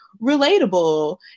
relatable